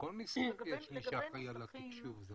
לכל משרד יש מי שאחראי על התקשוב.